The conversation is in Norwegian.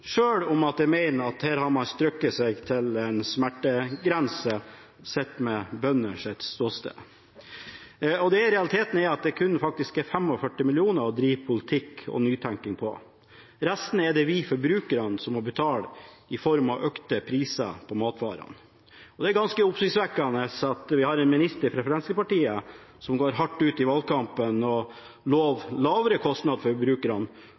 sjøl om jeg mener at en her har strukket seg til en smertegrense, sett fra bøndenes ståsted. I realiteten er det faktisk kun 45 mill. kr å drive politikk og nytenking på. Resten er det vi forbrukerne som må betale i form av økte priser på matvarene. Det er ganske oppsiktsvekkende at vi har en statsråd fra Fremskrittspartiet som går hardt ut i valgkampen og lover lavere kostnader for